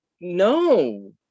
no